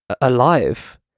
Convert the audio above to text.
alive